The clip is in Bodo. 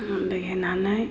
दै होनानै